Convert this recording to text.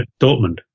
Dortmund